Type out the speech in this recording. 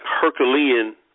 Herculean